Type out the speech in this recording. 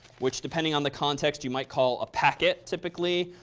which depending on the context you might call a packet typically,